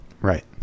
right